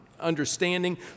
understanding